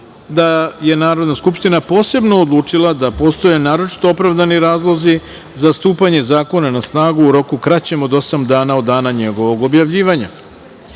da je Narodna skupština posebno odlučila da postoje naročito opravdani razlozi za stupanje zakona na snagu u roku kraćem od osam dana od dana njegovog objavljivanja. Sada